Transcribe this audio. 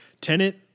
tenant